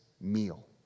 meal